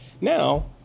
now